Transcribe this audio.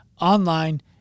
online